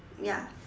ya